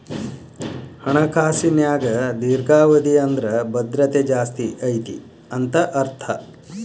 ಹಣಕಾಸಿನ್ಯಾಗ ದೇರ್ಘಾವಧಿ ಅಂದ್ರ ಭದ್ರತೆ ಜಾಸ್ತಿ ಐತಿ ಅಂತ ಅರ್ಥ